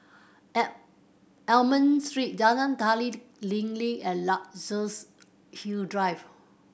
Almond Street Jalan Tari Lilin and Luxus Hill Drive